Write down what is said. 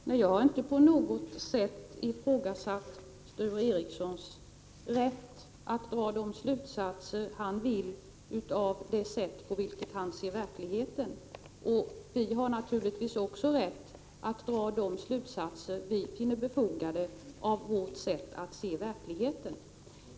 Fru talman! Jag har inte på något sätt ifrågasatt Sture Ericsons rätt att dra de slutsatser han vill av det sätt på vilket han ser verkligheten, och även vi har naturligtvis rätt att dra de slutsatser som vi finner befogade med anledning av vårt sätt att se verkligheten.